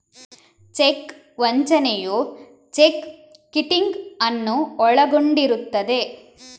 check ವಂಚನೆಯು check kiting ಅನ್ನು ಒಳಗೊಂಡಿರುತ್ತದೆ